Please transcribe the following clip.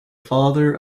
father